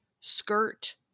Skirt